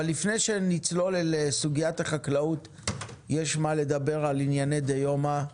לפני שנצלול על סוגית החקלאות יש מה לדבר על ענייני דיומא.